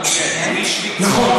נכון,